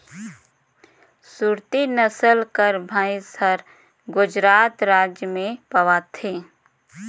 सुरती नसल कर भंइस हर गुजरात राएज में पवाथे